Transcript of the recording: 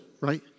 right